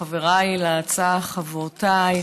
חבריי להצעה, חברותיי,